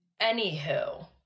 Anywho